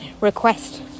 request